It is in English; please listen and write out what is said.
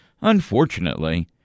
Unfortunately